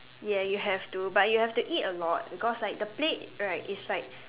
ya you have to but you have to eat a lot because like the plate right it's like